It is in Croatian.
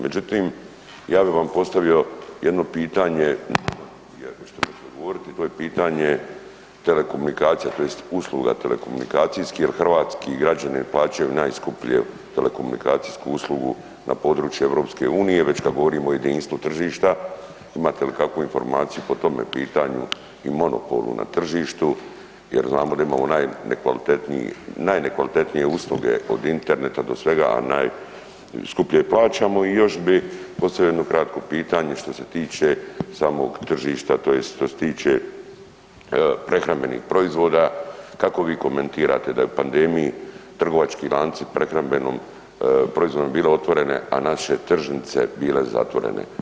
Međutim, ja bi vam postavio jedno pitanje, ako ćete mi odgovoriti, to je pitanje telekomunikacija, tj. usluga telekomunikacijskih, jer hrvatski građani plaćaju najskuplje telekomunikacijsku uslugu na području EU-a već kad govorimo o jedinstvu tržišta, imate li kakvu informaciju po tome pitanju i monopolu na tržištu jer znamo da imamo najnekvalitetniji, najnekvalitetnije usluge od interneta do svega a najskuplje plaćamo i još bi postavio jedno kratko pitanje što se tiče samog tržišta, tj. što se tiče prehrambenih proizvoda, kako vi komentirate da je u pandemiji trgovački lanci u prehrambenom proizvodu bile otvorene a naše tržnice bile zatvorene?